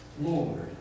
Lord